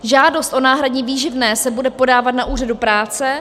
Žádost o náhradní výživné se bude podávat na úřadu práce.